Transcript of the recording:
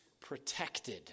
protected